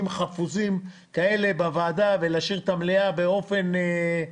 חפוזים כאלה בוועדה ולהשאיר את המליאה ממתינה,